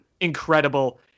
incredible